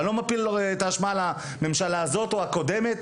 ואני לא מפיל את זה על הממשלה הזו או הקודמת.